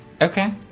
Okay